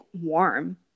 warm